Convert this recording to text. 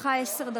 לרשותך עשר דקות.